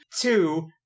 Two